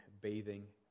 bathing